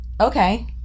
okay